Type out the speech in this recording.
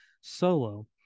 solo